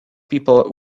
people